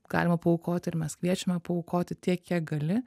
galima paaukoti ir mes kviečiame paaukoti tiek kiek gali